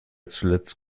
zuletzt